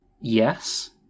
Yes